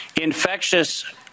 infectious